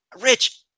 Rich